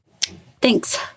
thanks